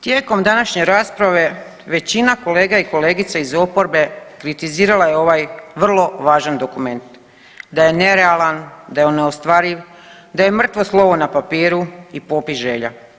Tijekom današnje rasprave većina kolega i kolegica iz oporbe kritizirala je ovaj vrlo važan dokument, da je nerealan, da je neostvariv, da je mrtvo slovo na papiru i popis želja.